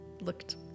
looked